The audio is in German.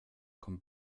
kommt